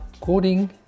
coding